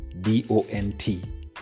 D-O-N-T